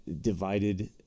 Divided